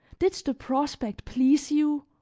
did the prospect please you?